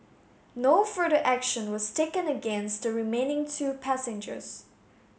no further action was taken against the remaining two passengers